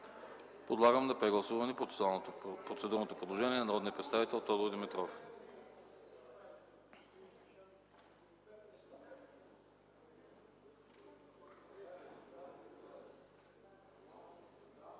Подлагам на прегласуване процедурното предложение на народния представител Тодор Димитров.